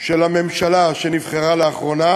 של הממשלה שנבחרה לאחרונה,